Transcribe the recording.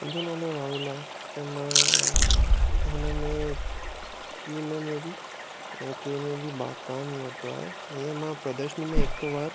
मुंहिंजो नालो राहुल आहे ऐं मां हिन में कि हिन में बि कंहिं में बि मां भाॻु कान वरितो आहे ऐं मां प्रदर्शनी में हिकु बार